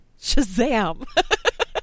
Shazam